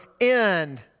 end